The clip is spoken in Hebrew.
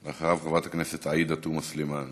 אחריו, חברת הכנסת עאידה תומא סלימאן.